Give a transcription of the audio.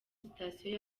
sitasiyo